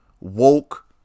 Woke